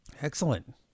Excellent